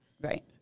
Right